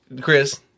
Chris